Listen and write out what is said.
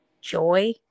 joy